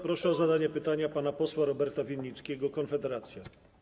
Proszę o zadanie pytania pana posła Roberta Winnickiego, Konfederacja.